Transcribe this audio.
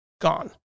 Gone